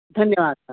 धन्यवादः